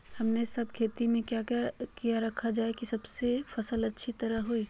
हमने सब खेती में क्या क्या किया रखा जाए की फसल अच्छी तरह होई?